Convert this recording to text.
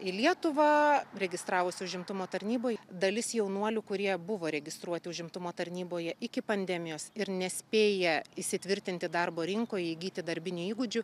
į lietuvą registravosi užimtumo tarnyboj dalis jaunuolių kurie buvo registruoti užimtumo tarnyboje iki pandemijos ir nespėję įsitvirtinti darbo rinkoj įgyti darbinių įgūdžių